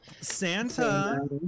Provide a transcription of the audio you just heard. Santa